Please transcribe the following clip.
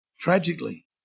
tragically